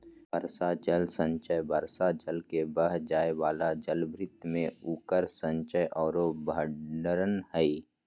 वर्षा जल संचयन वर्षा जल के बह जाय वाला जलभृत में उकर संचय औरो भंडारण हइ